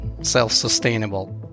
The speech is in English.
self-sustainable